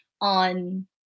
on